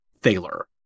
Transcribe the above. Thaler